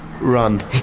run